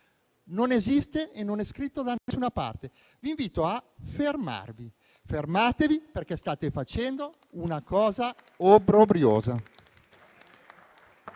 non esiste e non è scritto da nessuna parte. Vi invito a fermarvi. Fermatevi, perché state facendo una cosa obbrobriosa.